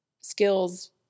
skills